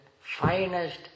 finest